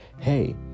hey